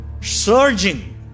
surging